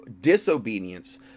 disobedience